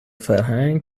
فرهنگ